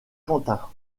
quentin